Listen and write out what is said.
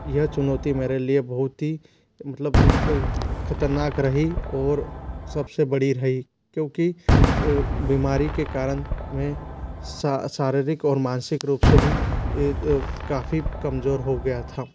यह चुनौती मेरे लिए बहुत ही मतलब ख़तरनाक रही और सबसे बड़ी रही क्योंकि बीमारी के कारण मैं शारीरिक और मानसिक रूप से भी काफ़ी कमजोर हो गया था